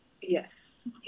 Yes